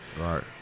Right